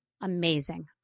amazing